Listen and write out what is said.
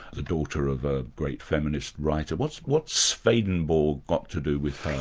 the daughter of a great feminist writer. what's what's swedenborg got to do with her?